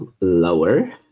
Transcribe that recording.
lower